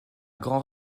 grand